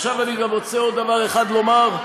עכשיו אני רוצה עוד דבר אחד לומר,